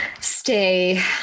stay